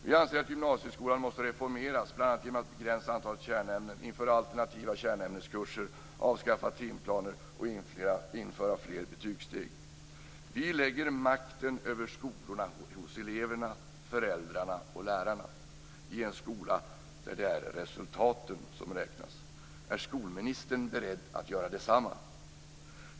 Vi anser att gymnasieskolan måste reformeras, bl.a. genom att begränsa antalet kärnämnen, införa alternativa kärnämneskurser, avskaffa timplaner och införa fler betygssteg. Vi lägger makten över skolorna hos eleverna, föräldrarna och lärarna i en skola där det är resultaten som räknas. Är skolministern beredd att göra detsamma?